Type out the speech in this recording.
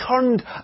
turned